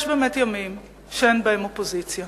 יש באמת ימים שאין בהם אופוזיציה.